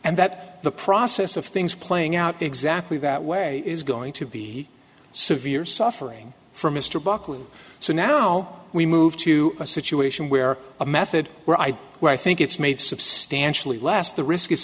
and that the process of things playing out exactly that way is going to be severe suffering for mr buckley so now we move to a situation where a method where i'd where i think it's made substantially less the risk is